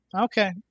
Okay